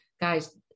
Guys